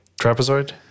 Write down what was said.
Trapezoid